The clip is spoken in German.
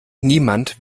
niemand